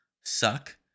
suck